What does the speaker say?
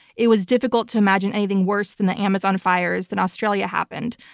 it was difficult to imagine anything worse than the amazon fires, then australia happened.